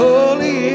Holy